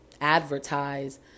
advertise